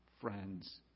friends